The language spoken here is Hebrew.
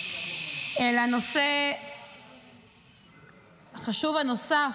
אל הנושא החשוב הנוסף,